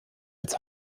als